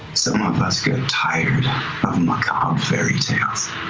some of us get and tired of macabre fairy tales.